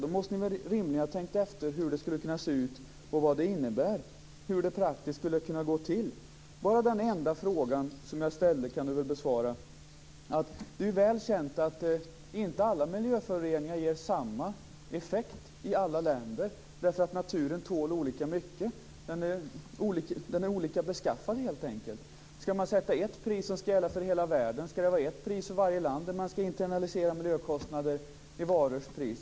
Då måste ni väl rimligen ha tänkt efter hur de skulle kunna se ut, vad de innebär och hur det praktiskt skulle kunna gå till. Marianne Samuelsson kan väl besvara bara denna enda fråga som jag ställde. Det är ju väl känt att inte alla miljöföroreningar har samma effekt i alla länder, därför att naturen tål olika mycket. Den är olika beskaffad helt enkelt. Skall man sätta ett pris som skall gälla för hela världen? Skall det vara ett pris för varje land när man skall internalisera miljökostnader i varors pris?